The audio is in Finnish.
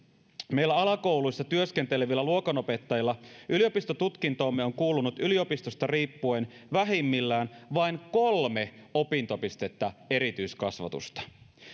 meillä alakouluissa työskentelevillä luokanopettajilla yliopistotutkintoomme on kuulunut yliopistosta riippuen vähimmillään vain kolme opintopistettä erityiskasvatusta